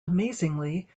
amazingly